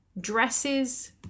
dresses